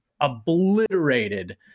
obliterated